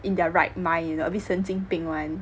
in their right mind you know a bit 神经病 [one]